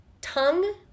tongue